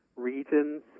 Regions